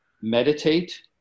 meditate